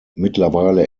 mittlerweile